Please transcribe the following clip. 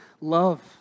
love